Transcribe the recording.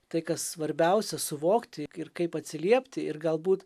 tai kas svarbiausia suvokti ir kaip atsiliepti ir galbūt